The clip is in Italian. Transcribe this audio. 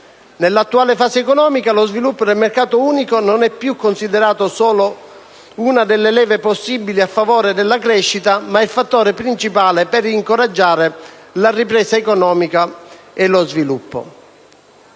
Nell'attuale fase economica, lo sviluppo del mercato unico non è più considerato solo una delle leve possibili a favore della crescita, ma il fattore principale per incoraggiare la ripresa economica e lo sviluppo.